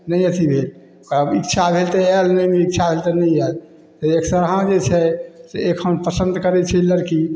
नहि अथी भेल इच्छा भेल तऽ आयल नहि इच्छा भेल तऽ नहि आयल एकसरहा जे छै से एखन पसन्द करै लड़की